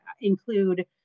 include